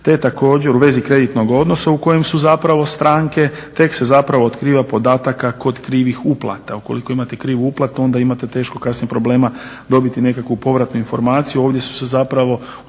te također u vezi kreditnog odnosa u kojem su stranke, tek se otkriva podatak kod krivih uplata. Ukoliko imate krivu uplatu onda imate teško kasnije problema dobiti nekakvu povratnu informaciju.